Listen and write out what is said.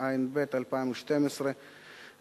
התשע"ב 2012,